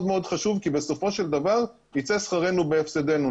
מאוד חשוב כי בסופו של דבר ייצא שכרנו בהפסדנו.